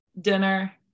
Dinner